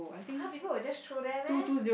!huh! people will just throw there meh